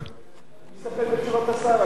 אני מסתפק בתשובת השר.